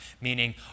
Meaning